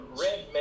Red